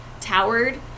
towered